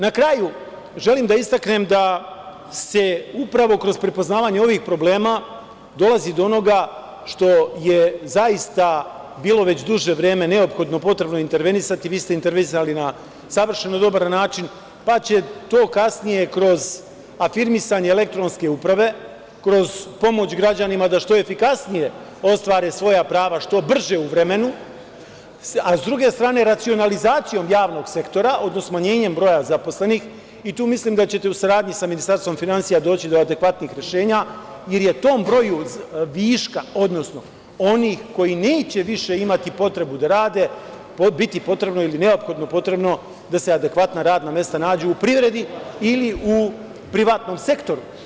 Na kraju, želim da istaknem da se upravo kroz prepoznavanje ovih problema dolazi do onoga što je zaista bilo već duže vreme neophodno, potrebno intervenisati, vi ste intervenisali na savršeno dobar način, pa će to kasnije kroz afirmisanje elektronske uprave, kroz pomoć građanima da što efikasnije ostvare svoja prava, što brže u vremenu, a s druge strane, racionalizacijom javnog sektora, odnosno smanjenjem broja zaposlenih, i tu mislim da ćete u saradnji sa Ministarstvom finansija doći do adekvatnih rešenja, jer je tom broju viška, odnosno onih koji neće više imati potrebu da rade, biti potrebno ili neophodno potrebno da se adekvatna radna mesta nađu u privredi ili u privatnom sektoru.